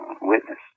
witness